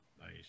Nice